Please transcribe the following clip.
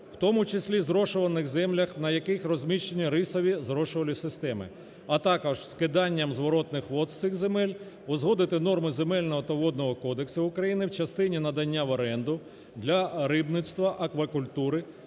У тому числі зрошувальних землях, на яких розміщені рисові зрошувальні системи, а також скиданням зворотних вод з цих земель, узгодити норми Земельного та Водного кодексу України в частині надання в оренду для рибництва, аквакультури,